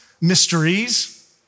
mysteries